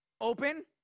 open